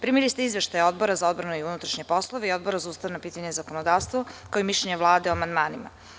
Primili ste izveštaje Odbora za odbranu i unutrašnje poslove i Odbora za ustavna pitanja i zakonodavstvo, kao i mišljenje vlade u amandmanima.